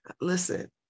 listen